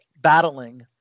battling